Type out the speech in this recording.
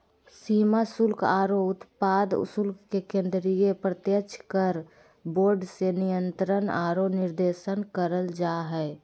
सीमा शुल्क आरो उत्पाद शुल्क के केंद्रीय प्रत्यक्ष कर बोर्ड से नियंत्रण आरो निर्देशन करल जा हय